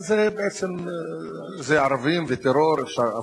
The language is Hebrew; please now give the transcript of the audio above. אבל זה ערבים וטרור.